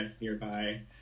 nearby